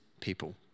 people